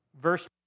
Verse